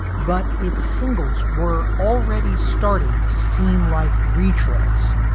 but its singles were already starting to seem like retreads,